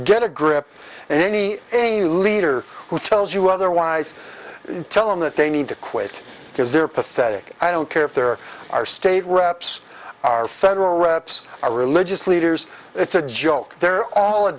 get a grip and any a leader who tells you otherwise tell him that they need to quit because they're pathetic i don't care if there are state reps are federal reps or religious leaders it's a joke they're all a